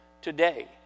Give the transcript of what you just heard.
today